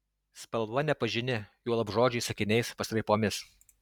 spalva nepažini juolab žodžiais sakiniais pastraipomis